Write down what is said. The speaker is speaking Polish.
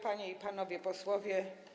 Panie i Panowie Posłowie!